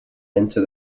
enter